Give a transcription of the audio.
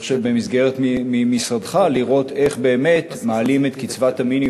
במסגרת משרדך לראות איך באמת מעלים את קצבת המינימום הזאת.